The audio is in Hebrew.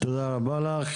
תודה רבה לך.